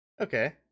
Okay